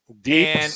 Deep